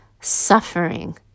suffering